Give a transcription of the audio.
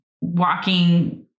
walking